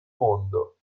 mondo